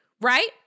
Right